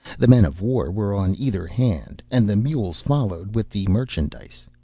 the men of war were on either hand, and the mules followed with the merchandise.